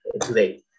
today